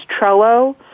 Trello